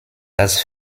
das